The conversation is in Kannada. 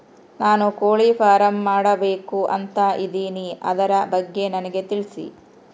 ನಾನು ಕೋಳಿ ಫಾರಂ ಮಾಡಬೇಕು ಅಂತ ಇದಿನಿ ಅದರ ಬಗ್ಗೆ ನನಗೆ ತಿಳಿಸಿ?